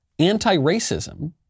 anti-racism